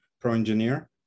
pro-engineer